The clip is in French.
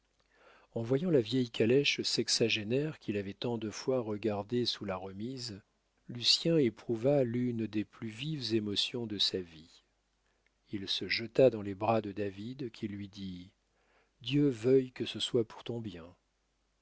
en voyant la vieille calèche sexagénaire qu'il avait tant de fois regardée sous la remise lucien éprouva l'une des plus vives émotions de sa vie il se jeta dans les bras de david qui lui dit dieu veuille que ce soit pour ton bien